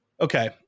okay